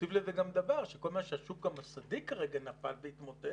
תוסיף לזה גם את זה שכל זמן שהשוק המוסדי כרגע נפל והתמוטט,